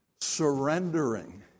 surrendering